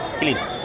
clean